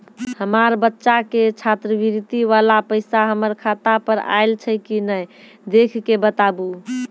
हमार बच्चा के छात्रवृत्ति वाला पैसा हमर खाता पर आयल छै कि नैय देख के बताबू?